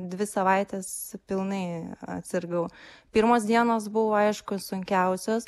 dvi savaites pilnai atsirgau pirmos dienos buvo aišku sunkiausios